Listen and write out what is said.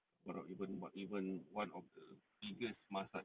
not even not even one of the biggest massage